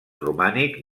romànic